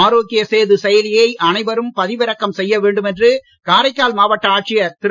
ஆரோக்யசேது செயலியை அனைவரும் பதிவிறக்கம் செய்ய வேண்டும் என்று காரைக்கால் மாவட்ட ஆட்சியர் திரு